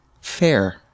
fair